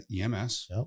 ems